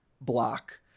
block